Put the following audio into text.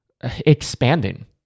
expanding